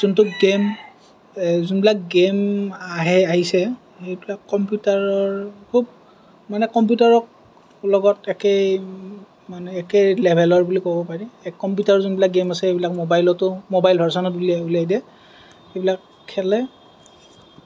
যোনটো গেম যোনবিলাক গেম আহে আহিছে সেইবিলাক কম্পিউটাৰৰ মানে কম্পিউটাৰক লগত একেই মানে একে লেভেলৰ বুলি ক'ব পাৰি কম্পিউটাৰৰ যোনবিলাক গেম আছে সেইবিলাক ম'বাইলটো ম'বাইল ভাৰ্জনত উলিয়াই দিয়ে সেইবিলাক খেলে